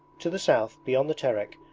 to the south, beyond the terek,